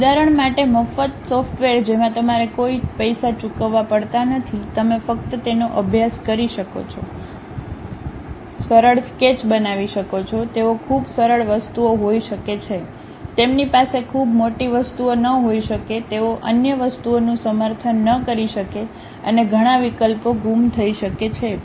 ઉદાહરણ માટે મફત સોફ્ટવેર જેમાં તમારે કોઈ પૈસા ચૂકવવા પડતા નથી તમે ફક્ત તેનો અભ્યાસ કરી શકો છો સરળ સ્કેચ બનાવી શકો છો તેઓ ખૂબ સરળ વસ્તુઓ હોઈ શકે છે તેમની પાસે ખૂબ મોટી વસ્તુઓ ન હોઈ શકે તેઓ અન્ય વસ્તુઓનું સમર્થન ન કરી શકે અને ઘણા વિકલ્પો ગુમ થઈ શકે છે